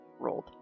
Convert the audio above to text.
Rolled